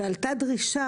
עלתה דרישה,